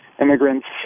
immigrants